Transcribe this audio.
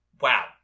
wow